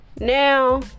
Now